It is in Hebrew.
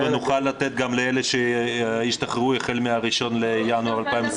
תתכנס ונוכל לתת גם לאלה שישתחררו החל מ-1 בינואר 2021?